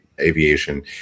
Aviation